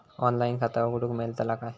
Online खाता उघडूक मेलतला काय?